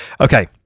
Okay